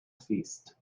feast